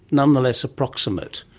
nonetheless approximate.